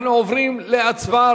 אנחנו עוברים להצבעה,